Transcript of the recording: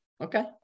okay